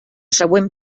següent